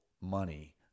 money